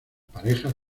parejas